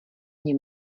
dně